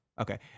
Okay